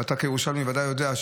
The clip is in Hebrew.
ואתה כירושלמי בוודאי יודע,